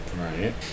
right